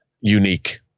unique